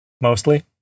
mostly